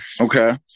Okay